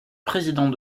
président